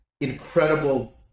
incredible